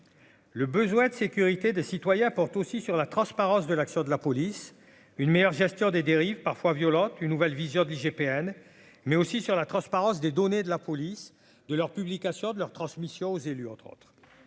Le besoin de sécurité des citoyens portent aussi sur la transparence de l'action de la police, une meilleure gestion des dérives parfois violentes, une nouvelle vision de l'IGPN mais aussi sur la transparence des données de la police de leur publication de leur transmission aux élus, entre autres,